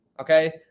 Okay